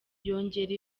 yongera